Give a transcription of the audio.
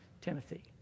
Timothy